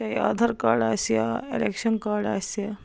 چاہے آدھار کارڈ آسہِ یا ایٚلیٚکشن کارڈ آسہِ